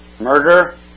murder